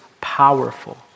powerful